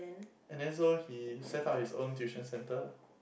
and then so he set up his own tuition centre